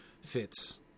fits